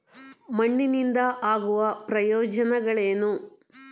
ಮಣ್ಣಿನಿಂದ ಆಗುವ ಪ್ರಯೋಜನಗಳೇನು?